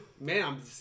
man